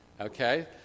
Okay